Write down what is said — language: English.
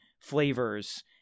flavors